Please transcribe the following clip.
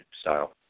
style